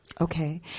okay